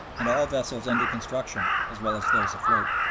and all vessels under construction as well as those afloat.